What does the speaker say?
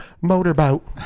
motorboat